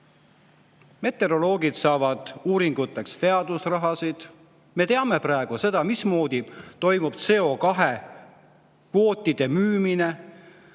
Meteoroloogid saavad uuringuteks teadusraha. Me teame seda, mismoodi toimub CO2‑kvootide müümine,